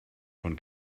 von